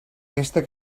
aquesta